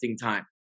time